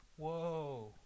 Whoa